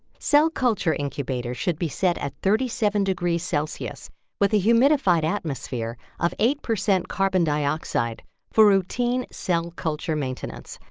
cell culture incubator should be set at thirty seven degrees celsius with a humidified atmosphere of eight percent carbon dioxide for routine cell culture maintenance.